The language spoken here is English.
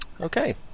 okay